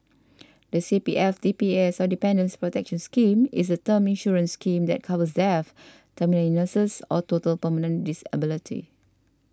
the C P F D P S or Dependants' Protection Scheme is a term insurance scheme that covers death terminal illness or total permanent disability